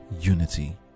unity